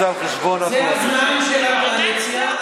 זה הזמן של הקואליציה,